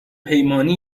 پیمانی